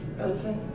Okay